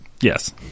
Yes